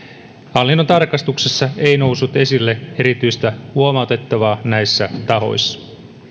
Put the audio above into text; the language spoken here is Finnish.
hallinnon tarkastuksessa ei noussut esille erityistä huomautettavaa näissä tahoissa